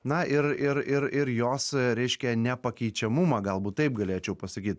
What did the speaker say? na ir ir ir ir jos reiškia nepakeičiamumą galbūt taip galėčiau pasakyt